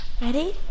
Ready